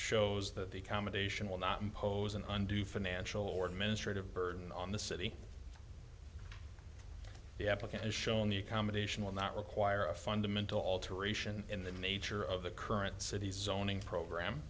shows that the accommodation will not impose an undue financial or administrative burden on the city the applicant has shown the accommodation will not require a fundamental alteration in the nature of the current city's zoning program